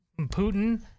putin